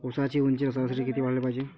ऊसाची ऊंची सरासरी किती वाढाले पायजे?